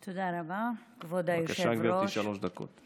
בבקשה, גברתי, שלוש דקות.